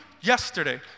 yesterday